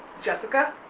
jessica,